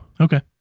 okay